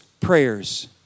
prayers